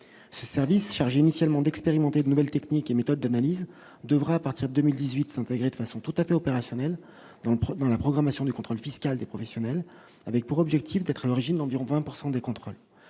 ce service chargé initialement d'expérimenter de nouvelles techniques et méthodes d'analyse devra partir 2018 s'intégrer de façon tout à fait opérationnel, donc dans la programmation du contrôle fiscal des professionnels avec pour objectif d'être à l'origine d'environ 20 pourcent des